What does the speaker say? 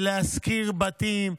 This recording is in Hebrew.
לשכור בתים,